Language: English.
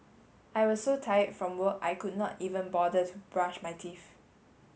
I was so tired from work I could not even bother to brush my teeth